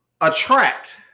attract